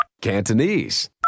Cantonese